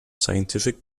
scientific